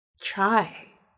Try